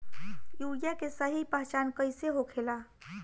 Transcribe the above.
Urea के सही पहचान कईसे होखेला?